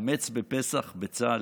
חמץ בפסח בצה"ל?